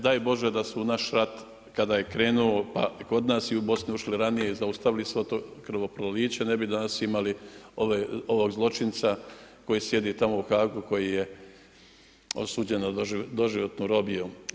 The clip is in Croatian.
Daj Bože da su naš rat kada je krenuo kod nas i u Bosni ušli ranije i zaustavili svo to krvoproliće ne bi danas imali ovog zločinca koji sjedi tamo u Haagu koji je osuđen na doživotnu robiju.